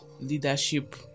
leadership